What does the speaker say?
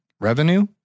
Revenue